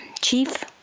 chief